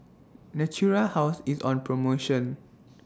Natura House IS on promotion